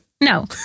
No